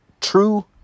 true